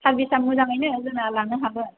सारभिचआ मोजाङैनो जोंना लानो हागोन